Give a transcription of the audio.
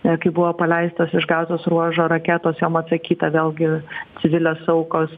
netgi buvo paleistos iš gazos ruožo raketos jom atsakyta vėlgi didelės aukos